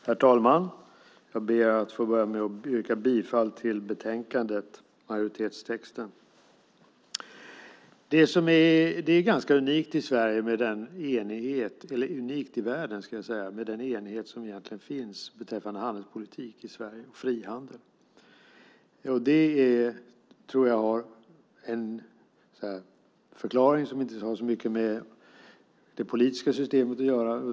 Herr talman! Jag ber att få börja med att yrka bifall till majoritetens förslag i betänkandet. Det är ganska unikt i världen med den enighet som finns beträffande handelspolitik och frihandel i Sverige. Jag tror att förklaringen inte har så mycket med det politiska systemet att göra.